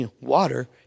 water